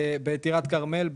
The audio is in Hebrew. בטירת הכרמל,